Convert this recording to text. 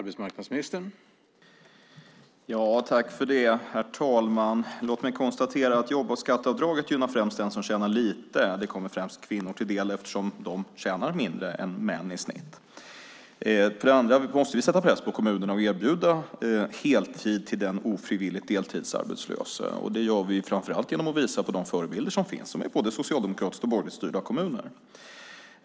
Herr talman! Jobbskatteavdraget gynnar främst den som tjänar lite. Det kommer främst kvinnor till del, eftersom de tjänar mindre än män i snitt. Vi måste sätta press på kommunerna att erbjuda heltid till den ofrivilligt deltidsarbetslösa. Det gör vi framför allt genom att visa på de förebilder som finns i både socialdemokratiskt och borgerligt styrda kommuner.